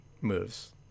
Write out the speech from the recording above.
moves